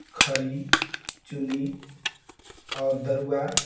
खरी चुनी और दरुवा